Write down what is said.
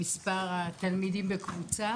מספר התלמידים בקבוצה.